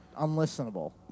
unlistenable